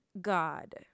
God